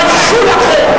תתביישו לכם,